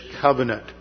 covenant